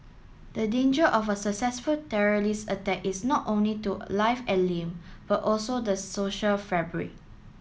the danger of a successful terrorist attack is not only to life and limb but also the social fabric